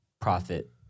profit